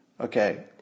Okay